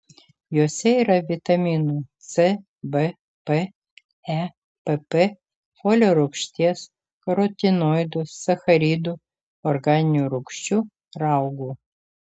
juose yra vitaminų c b p e pp folio rūgšties karotinoidų sacharidų organinių rūgščių raugų